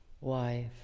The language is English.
wife